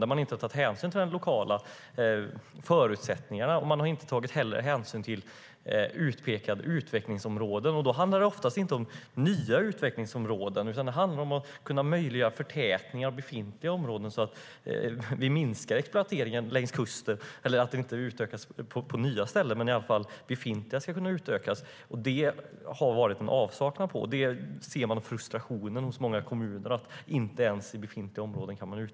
Man har inte tagit hänsyn till de lokala förutsättningarna, och man har inte heller tagit hänsyn till utpekade utvecklingsområden. Då handlar det oftast inte om nya utvecklingsområden, utan det handlar om att förtäta befintliga områden så att exploateringen längs kusten minskas eller inte sker på nya ställen men att i alla fall befintliga områden ska kunna utökas. Den möjligheten har saknats, och många kommuner är frustrerade över att det inte ens är möjligt att utveckla befintliga områden.